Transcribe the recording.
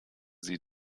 sie